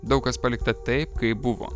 daug kas palikta taip kaip buvo